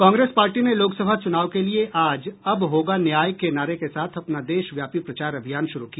Congress party ने लोकसभा चुनाव के लिए आज अब होगा न्याय के नारे के साथ अपना देशव्यापी प्रचार अभियान शुरू किया